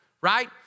right